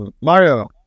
Mario